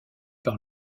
par